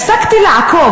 הפסקתי לעקוב,